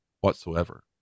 whatsoever